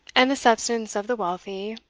and the substance of the wealthy,